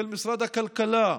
של משרד הכלכלה?